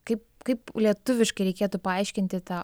kaip kaip lietuviškai reikėtų paaiškinti tą